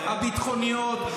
הביטחוניות,